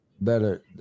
better